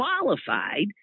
qualified